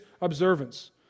observance